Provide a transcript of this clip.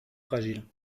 fragiles